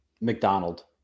McDonald